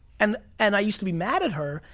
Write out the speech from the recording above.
and and i used to be mad at her.